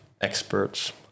experts